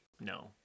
No